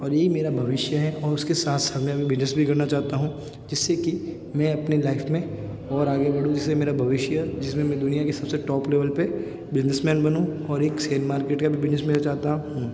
और ये मेरा भविष्य है और उसके साथ साथ मैं अभी बिजनेस भी करना चाहता हूँ जिससे कि मैं अपने लाइफ में और आगे बढ़ू जिससे मेरा भविष्य जिसमें मैं दुनिया की सबसे टॉप लेवल पे बिजनेसमैन बनूँ और एक शेयर मार्केट का भी बिजनेस मैं चाहता हूँ